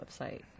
website